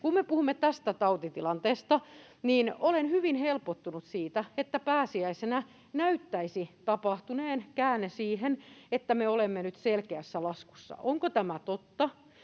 Kun me puhumme tästä tautitilanteesta, niin olen hyvin helpottunut siitä, että pääsiäisenä näyttäisi tapahtuneen käänne siihen, että me olemme nyt selkeässä laskussa. Onko tämä totta,